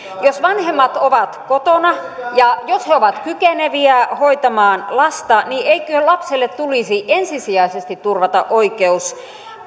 jos vanhemmat ovat kotona ja jos he ovat kykeneviä hoitamaan lasta niin eikö lapselle tulisi ensisijaisesti turvata oikeus